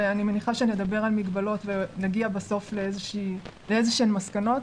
ואני מניחה שנדבר על מגבלות ונגיע בסוף לאיזשהן מסקנות,